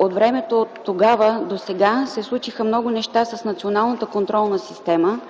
Във времето оттогава досега се случиха много неща с националната контролна система.